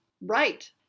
right